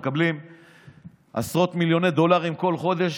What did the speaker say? הם מקבלים עשרות מיליוני דולרים כל חודש,